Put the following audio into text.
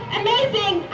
amazing